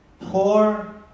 poor